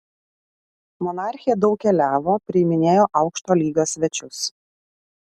monarchė daug keliavo priiminėjo aukšto lygio svečius